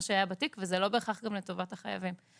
שהיה בתיק וזה לא בהכרח גם לטובת החייבים.